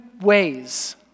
ways